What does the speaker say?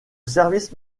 service